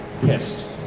pissed